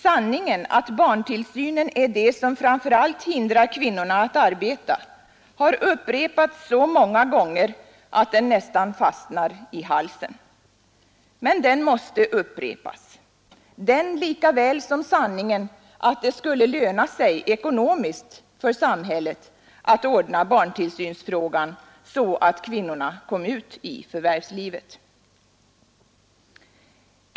Sanningen att barntillsynen är det som framför allt hindrar kvinnorna att arbeta har upprepats så många gånger att den nästan fastnar i halsen, men den måste upprepas — den lika väl som sanningen att det skulle löna sig ekonomiskt för samhället att ordna barntillsynsfrågan så att kvinnorna kom ut i förvärvslivet.